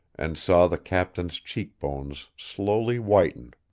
and saw the captain's cheek bones slowly whiten.